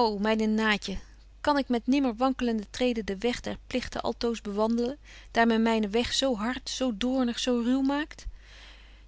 ô myne naatje kan ik met nimmer wankelende treden den weg der pligten altoos bewandelen daar men mynen weg zo hart zo doornig zo ruw maakt